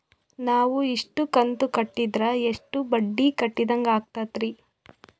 ನಾವು ಇಷ್ಟು ಕಂತು ಕಟ್ಟೀದ್ರ ಎಷ್ಟು ಬಡ್ಡೀ ಕಟ್ಟಿದಂಗಾಗ್ತದ್ರೀ?